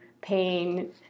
pain